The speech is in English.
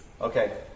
Okay